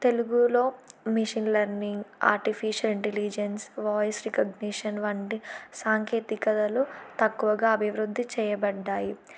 తెలుగులో machine learning artificial intelligence voice recognition వంటి సాంకేతికతలు తక్కువగా అభివృద్ధి చెయ్యబడ్డాయి